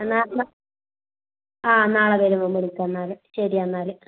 എന്നാ ന ആ നാളെ വരുമ്പോൾ വിളിക്കാം എന്നാൽ ശരി എന്നാൽ